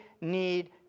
need